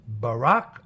Barack